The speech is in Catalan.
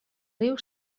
riu